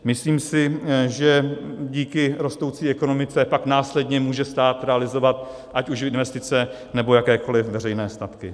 Myslím si, že díky rostoucí ekonomice pak následně může stát realizovat ať už investice, nebo jakékoliv veřejné statky.